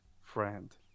friend